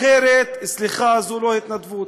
אחרת, סליחה, זו לא התנדבות,